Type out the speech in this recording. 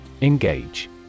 Engage